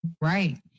Right